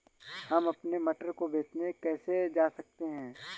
हम अपने मटर को बेचने कैसे जा सकते हैं?